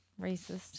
Racist